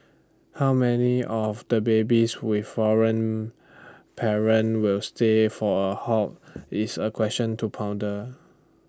how many of the babies with foreign parent will stay for A long haul is A question to ponder